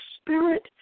spirit